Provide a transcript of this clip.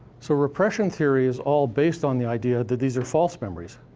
so repression theory is all based on the idea that these are false memories.